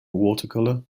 watercolour